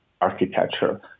architecture